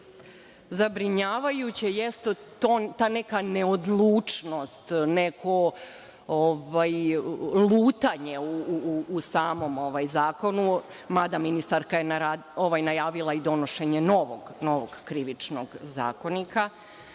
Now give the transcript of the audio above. zabrinjavajuće, jeste ta neka neodlučnost, neko lutanje u samom zakonu, mada ministarka je najavila i donošenje novog Krivičnog zakonika.